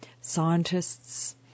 scientists